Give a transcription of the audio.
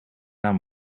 maar